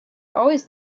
always